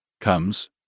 comes